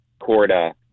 Corda